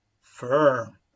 firm